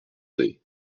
der